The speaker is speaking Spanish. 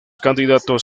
candidatos